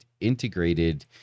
integrated